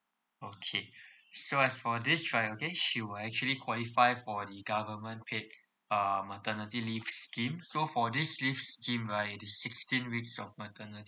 okay so as for this child okay she will actually qualify for the government paid uh maternity leave scheme so for this leave scheme right it's sixteen weeks of